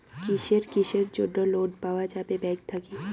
কিসের কিসের জন্যে লোন পাওয়া যাবে ব্যাংক থাকি?